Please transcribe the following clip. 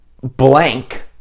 blank